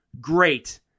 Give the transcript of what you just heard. great